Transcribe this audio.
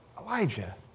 Elijah